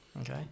Okay